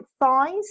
thighs